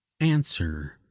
answer